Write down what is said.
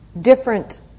different